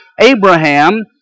Abraham